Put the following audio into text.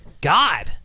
God